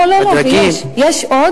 לא, לא, לא, יש, יש עוד.